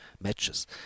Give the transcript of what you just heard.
matches